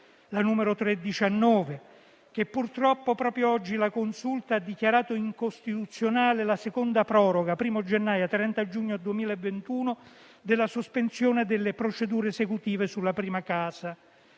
quest'ultima, purtroppo proprio oggi la Consulta ha dichiarato incostituzionale la seconda proroga, dal primo gennaio al 30 giugno 2021, della sospensione delle procedure esecutive sulla prima casa,